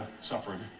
suffered